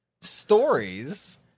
stories